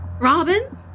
Robin